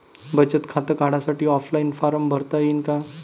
बचत खातं काढासाठी ऑफलाईन फारम भरता येईन का?